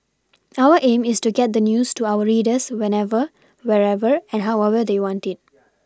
our aim is to get the news to our readers whenever wherever and however they want it